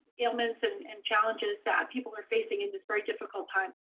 ailments and and challenges that people are facing in this very difficult time.